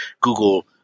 google